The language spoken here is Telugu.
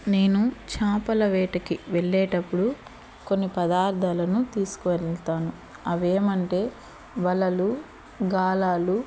నేను చాపల వేటకి వెళ్ళేటప్పుడు కొన్ని పదార్దాలను తీసుకొనేళ్తాను ఆవేమంటే వలలు గాలాలు